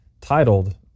titled